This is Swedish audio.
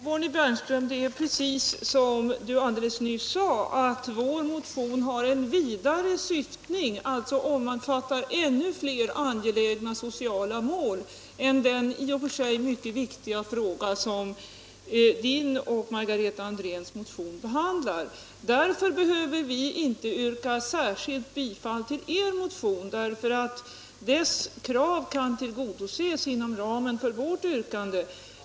Herr talman! Det är, Bonnie Bernström, precis som du sade: vår motion har en vidare syftning. Den omfattar alltså ännu flera angelägna sociala mål än den i och för sig mycket viktiga fråga som din och Margareta Andréns motion behandlar. Vi behöver inte särskilt yrka bifall till er motion, eftersom dess krav kan tillgodoses inom ramen för vårt yrkande.